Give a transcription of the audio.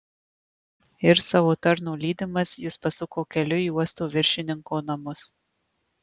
ir savo tarno lydimas jis pasuko keliu į uosto viršininko namus